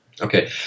Okay